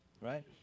right